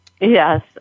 Yes